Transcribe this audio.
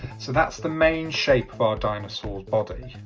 so that's the main shape of our dinosaur's body